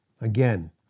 again